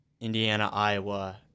Indiana-Iowa